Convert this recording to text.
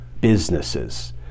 businesses